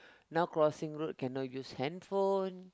now crossing road cannot use handphone